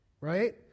right